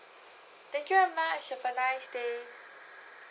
thank you very much have a nice day